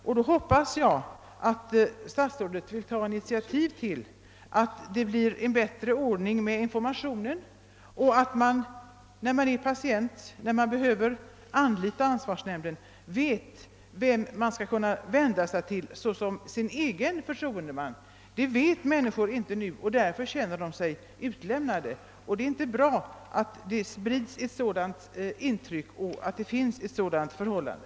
Jag hoppas fördenskull att statsrådet vill ta initiativ till en bättre information så att man, när man behöver anlita ansvarsnämnden, vet vem man skall kunna vända sig till såsom sin egen förtroendeman. Det vet patienterna inte i dag, och därför känner de sig utlämnade, och det är inte något bra förhållande. Här måste omgående en ändring ske.